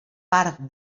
part